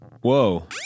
Whoa